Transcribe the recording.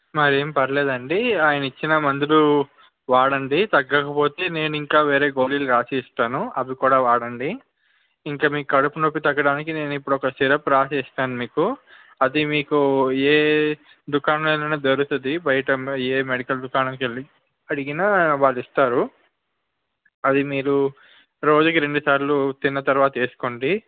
మరేం పర్లేదు అండి ఆయన ఇచ్చిన మందులు వాడండి తగ్గకపోతే నేను ఇంకా వేరే గోళీలు వ్రాసి ఇస్తాను అవి కూడా వాడండి ఇంకా మీకు కడుపు నొప్పి తగ్గడానికి నేను ఇప్పుడు ఒక సిరప్ వ్రాసి ఇస్తాను మీకు అది మీకు ఏ దుకాణాలలో అయినా దొరుకుతుంది బయట ఏ మెడికల్ దుకాణానికి వెళ్ళి అడిగినా వాళ్ళు ఇస్తారు అవి మీరు రోజుకి రెండుసార్లు తిన్న తరువాత వేసుకోండి